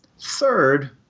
Third